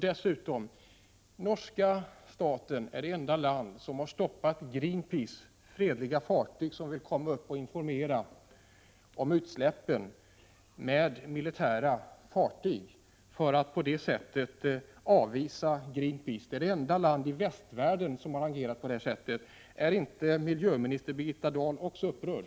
Dessutom är Norge det enda land som med militära fartyg har avvisat fredliga fartyg från Greenpeace, som velat komma och informera om utsläppen. Norge är det enda landet i västvärlden som har agerat på detta sätt. Är inte också miljöminister Birgitta Dahl upprörd?